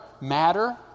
matter